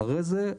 אחרי זה,